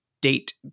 date